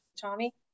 Tommy